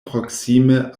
proksime